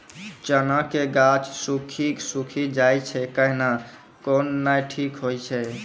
चना के गाछ सुखी सुखी जाए छै कहना को ना ठीक हो छै?